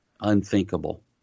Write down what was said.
unthinkable